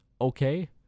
Okay